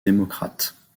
démocrate